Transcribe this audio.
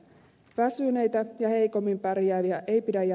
väsyneitä ja heikommin pärjääviä ei pidä ja